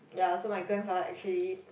ya so my grandfather actually